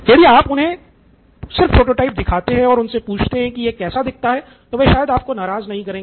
यदि आप सिर्फ उन्हें प्रोटोटाइप दिखाते हैं और उनसे पूछते हैं कि यह कैसे दिखता है तो वे शायद आपको नाराज़ नहीं करेंगे